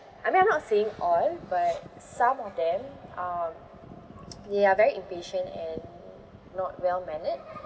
I mean I'm not saying all but some of them are they are very impatient and not well-mannered